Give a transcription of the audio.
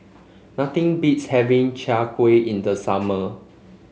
nothing beats having Chai Kuih in the summer